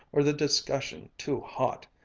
or the discussion too hot,